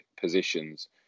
positions